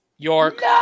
York